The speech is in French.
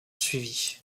suivit